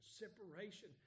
separation